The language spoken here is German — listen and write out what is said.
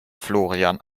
florian